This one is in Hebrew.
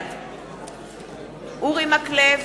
בעד אורי מקלב,